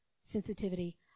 sensitivity